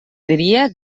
diria